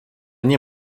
nie